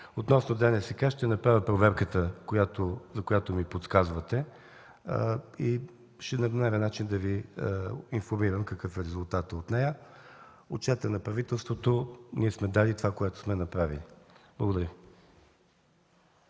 Относно ДНСК – ще направя проверката, за която ми подсказвате, и ще намеря начин да Ви информирам за резултата от нея. За отчета на правителството – ние сме дали това, което сме направили. Благодаря.